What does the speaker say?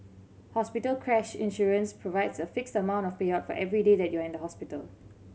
hospital crash insurance provides a fixed amount of payout for every day that you are in the hospital